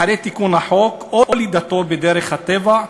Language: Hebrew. אחרי תיקון החוק או לידתו בדרך הטבע,